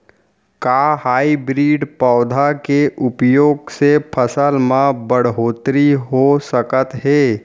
का हाइब्रिड पौधा के उपयोग से फसल म बढ़होत्तरी हो सकत हे?